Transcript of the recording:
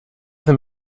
them